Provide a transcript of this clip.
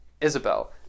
Isabel